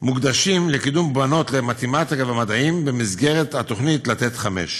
מוקדשים לקידום בנות למתמטיקה ומדעים במסגרת התוכנית "לתת חמש".